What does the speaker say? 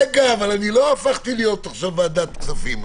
רגע, אבל לא הפכתי להיות עכשיו ועדת הכספים.